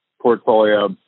portfolio